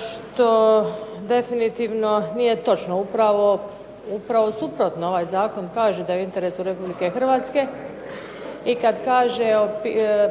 što definitivno nije točno. Upravo suprotno, ovaj zakon kaže da je u interesu Republike Hrvatske i kad kaže